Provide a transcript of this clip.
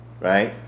right